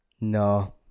no